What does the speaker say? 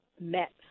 met